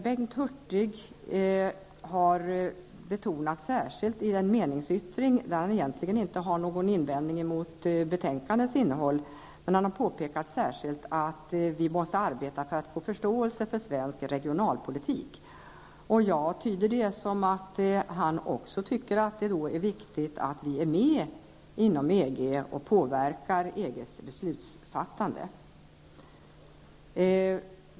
Bengt Hurtig har i en meningsyttring, där han egentligen inte har någon invändning mot betänkandets innehåll, påpekat särskilt att vi måste arbeta för att få föreståelse för svensk regionalpolitik. Jag tyder det som att han också tycker att det är viktigt att vi är med inom EG och påverkar EGs beslutsfattande.